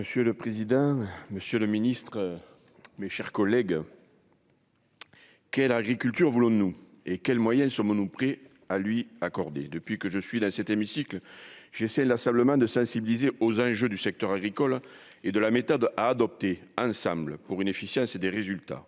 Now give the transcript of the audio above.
Monsieur le président, Monsieur le Ministre, mes chers collègues. Quelle agriculture voulons-nous et quels moyens, sommes-nous prêts à lui accorder depuis que je suis là, cet hémicycle j'essaie inlassablement de sensibiliser aux enjeux du secteur agricole et de la méthode à adopter ensemble pour une efficience et des résultats